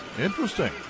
Interesting